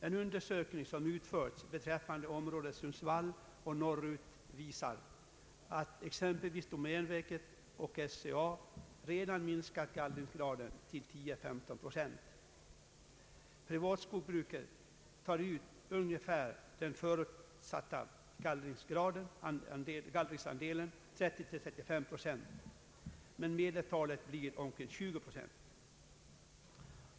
En undersökning som utförts beträffande området Sundsvall och norrut visar att exempelvis domänverket och SCA redan minskat gallringsgraden till 10 å 15 procent. Privatskogsbruket tar ut ungefär den förutsatta gallringsandelen, 30 å 35 procent, men medeltalet ligger på omkring 20 procent.